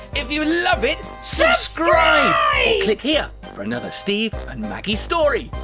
if you love it, subscribe. or click here for another steve and maggie story.